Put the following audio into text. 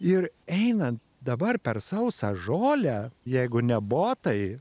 ir einant dabar per sausą žolę jeigu ne botai